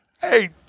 hey